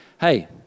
hey